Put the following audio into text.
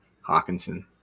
Hawkinson